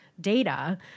data